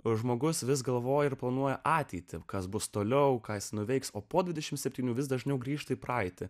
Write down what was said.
o žmogus vis galvojo ir planuoja ateitį kas bus toliau ką jis nuveiks o po dvidešimt septynių vis dažniau grįžtu į praeitį